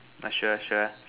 sure sure